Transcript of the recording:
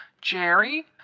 Jerry